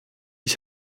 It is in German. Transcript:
ich